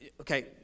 Okay